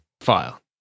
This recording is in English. file